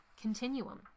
continuum